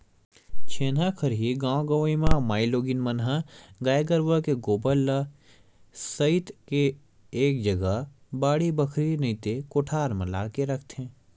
छेना खरही गाँव गंवई म मारकेटिंग मन ह गाय गरुवा के गोबर ल सइत के एक जगा बाड़ी बखरी नइते कोठार म लाके रखथे